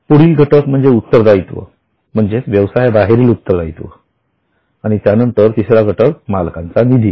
पुढील घटक म्हणजे उत्तरदायित्व म्हणजेच व्यवसायाबाहेरील उत्तरदाययित्व त्यानंतर मालकचा निधी